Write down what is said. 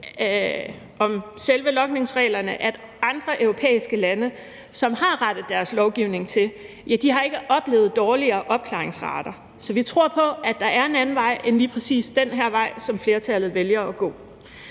om selve logningsreglerne, at andre europæiske lande, som har rettet deres lovgivning til, ikke har oplevet dårligere opklaringsrater. Så vi tror på, at der er en anden vej end lige præcis den her vej, som flertallet vælger at gå.